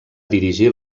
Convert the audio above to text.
dirigir